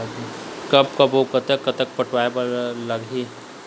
कब कब अऊ कतक कतक पटाए बर लगही